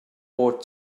port